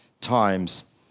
times